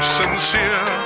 sincere